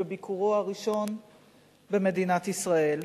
בביקורו הראשון במדינת ישראל.